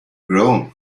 grown